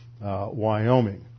Wyoming